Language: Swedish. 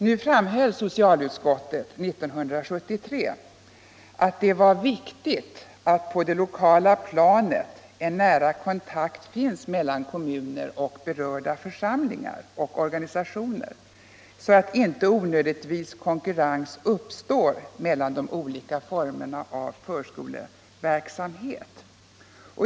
Nu framhöll socialutskottet 1973 att det var viktigt att på det lokala planet en nära kontakt finnes mellan kommuner och berörda församlingar och organisationer, så att inte onödigtvis konkurrens uppstår mellan de olika formerna av försko Ieverksamhet.